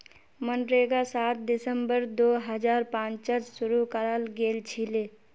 मनरेगा सात दिसंबर दो हजार पांचत शूरू कराल गेलछिले